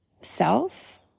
self